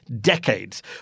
decades